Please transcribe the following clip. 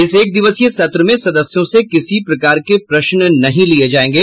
इस एक दिवसीय सत्र में सदस्यों से किसी प्रकार के प्रश्न नहीं लिये जायेंगे